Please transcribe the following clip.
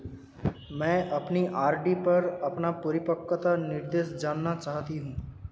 मैं अपनी आर.डी पर अपना परिपक्वता निर्देश जानना चाहती हूँ